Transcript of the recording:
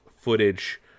footage